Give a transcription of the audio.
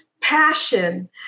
passion